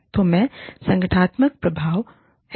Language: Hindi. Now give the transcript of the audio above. तो ये संगठनात्मक प्रभाव हैं